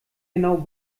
genau